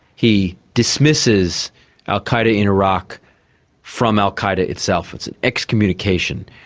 he dismisses al qaeda in iraq from al qaeda itself. it's an excommunication.